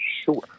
Sure